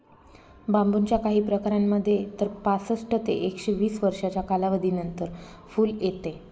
बांबूच्या काही प्रकारांमध्ये तर पासष्ट ते एकशे वीस वर्षांच्या कालावधीनंतर फुल येते